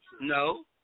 no